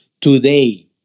today